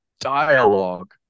dialogue